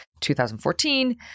2014